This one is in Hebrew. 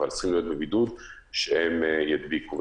אבל הם צריכים להיות בבידוד כדי שלא ידביקו.